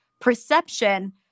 perception